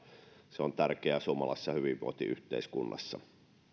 se on tärkeää suomalaisessa hyvinvointiyhteiskunnassa on